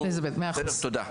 תודה.